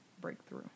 breakthrough